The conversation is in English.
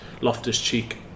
Loftus-Cheek